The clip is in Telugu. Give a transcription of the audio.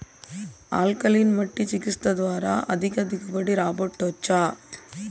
ఆల్కలీన్ మట్టి చికిత్స ద్వారా అధిక దిగుబడి రాబట్టొచ్చా